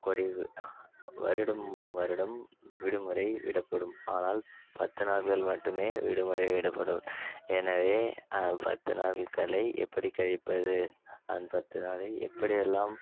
குறைவு வருடம் வருடம் விடுமுறை விடப்படும் ஆனால் பத்து நாட்கள் மட்டுமே விடுமுறை விடப்படும் எனவே பத்து நாட்களை எப்படி கழிப்பது நான் பத்து நாளை எப்படியெல்லாம்